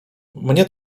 mnie